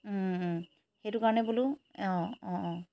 সেইটো কাৰণে বোলো অঁ অঁ অঁ